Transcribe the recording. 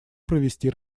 провести